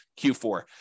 Q4